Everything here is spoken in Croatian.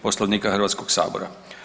Poslovnika Hrvatskog sabora.